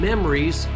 Memories